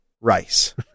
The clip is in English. rice